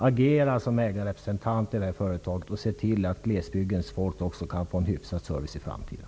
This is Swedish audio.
Agera som ägarrepresentant i företaget och se till att glesbygdens folk också kan få en hyfsad service i framtiden.